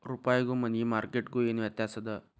ರೂಪಾಯ್ಗು money market ಗು ಏನ್ ವ್ಯತ್ಯಾಸದ